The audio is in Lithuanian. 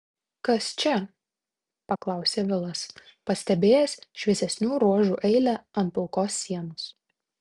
kas čia paklausė vilas pastebėjęs šviesesnių ruožų eilę ant pilkos sienos